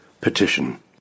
Petition